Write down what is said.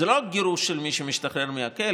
זה לא גירוש של מי שמשתחרר מהכלא.